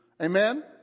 Amen